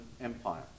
Empire